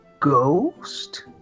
ghost